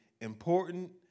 important